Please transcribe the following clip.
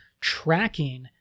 tracking